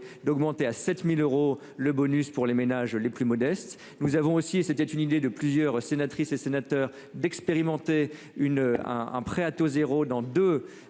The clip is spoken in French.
d'augmenter à 7000 euros le bonus pour les ménages les plus modestes. Nous avons aussi et c'était une idée de plusieurs sénatrices et sénateurs d'expérimenter une, un, un prêt à taux zéro dans de